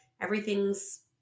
everything's